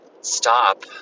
stop